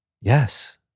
Yes